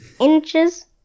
inches